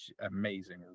amazing